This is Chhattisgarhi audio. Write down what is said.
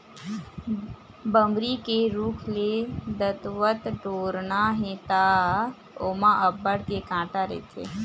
बमरी के रूख ले दतवत टोरना हे त ओमा अब्बड़ के कांटा रहिथे